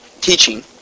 teaching